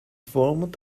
format